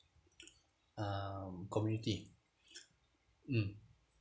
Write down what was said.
um community mm